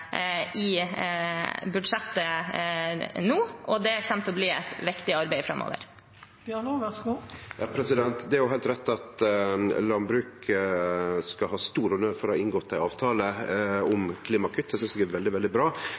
i budsjettet nå, og det kommer til å bli et viktig arbeid framover. Det er jo heilt rett at landbruket skal ha stor honnør for å ha inngått ei avtale om klimakutt. Det synest eg er veldig, veldig bra.